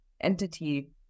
entity